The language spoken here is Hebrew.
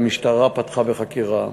המשטרה פתחה בחקירה,